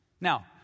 Now